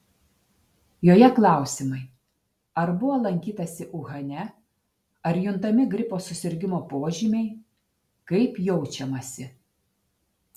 joje klausimai ar buvo lankytasi uhane ar juntami gripo susirgimo požymiai kaip jaučiamasi